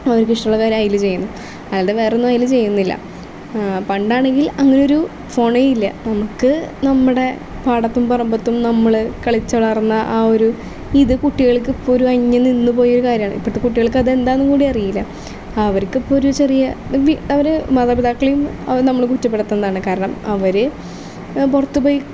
അവർക്ക് ഇഷ്ടമുള്ള കാര്യങ്ങൾ അതിൽ ചെയ്യുന്നു അല്ലാതെ വേറെ ഒന്നും അതിൽ ചെയ്യുന്നില്ല പണ്ടാണെങ്കിൽ അങ്ങനെ ഒരു ഫോൺ ഇല്ല നമുക്ക് നമ്മുടെ പാടത്തും പറമ്പത്തും നമ്മൾ കളിച്ചു വളർന്ന ആ ഒരു ഇത് കുട്ടികൾക്ക് ഇപ്പോൾ ഒരു അന്യം നിന്നു പോയ കാര്യമാണ് ഇപ്പോഴത്തെ കുട്ടികൾക്ക് അത് എന്താണെന്ന് കൂടി അറിയില്ല അവർക്ക് ഇപ്പോൾ ഒരു ചെറിയ അവർ മാതാപിതാക്കളെയും നമ്മൾ കുറ്റപ്പെടുത്തുന്നതാണ് കാരണം അവർ പുറത്തുപോയി